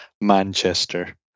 Manchester